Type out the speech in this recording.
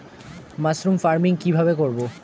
Mushroom farming কি ভাবে করব?